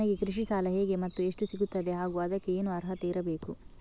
ನನಗೆ ಕೃಷಿ ಸಾಲ ಹೇಗೆ ಮತ್ತು ಎಷ್ಟು ಸಿಗುತ್ತದೆ ಹಾಗೂ ಅದಕ್ಕೆ ಏನು ಅರ್ಹತೆ ಇರಬೇಕು?